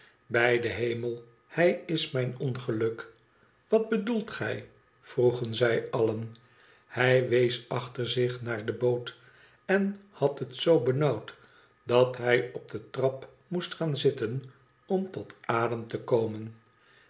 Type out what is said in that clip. ibij den hemel hij is mijn ongeluk wat bedoelt gij vroegen zij allen hij wees achter zich naar de boot en had het zoo benauwd dat hij op de trap moest gaan zitten om tot adem te komen